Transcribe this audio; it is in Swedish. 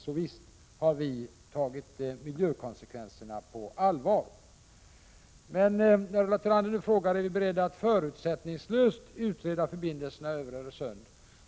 Vi har alltså otvivelaktigt tagit miljökonsekvenserna på allvar. Ulla Tillander frågade om vi är beredda att förutsättningslöst utreda förbindelserna över Öresund.